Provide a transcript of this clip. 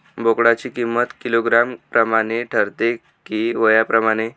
बोकडाची किंमत किलोग्रॅम प्रमाणे ठरते कि वयाप्रमाणे?